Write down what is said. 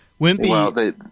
Wimpy